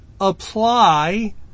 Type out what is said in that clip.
apply